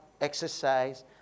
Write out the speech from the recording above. exercise